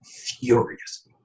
furious